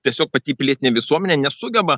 tiesiog pati pilietinė visuomenė nesugeba